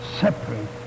Separate